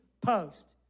post